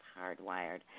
hardwired